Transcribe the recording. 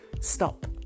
stop